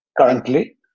currently